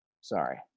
Sorry